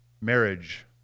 marriage